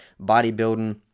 bodybuilding